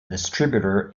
distributor